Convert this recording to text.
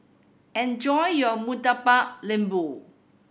enjoy your Murtabak Lembu